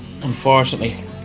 unfortunately